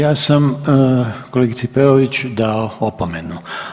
ja sam kolegici Peović dao opomenu.